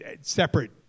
separate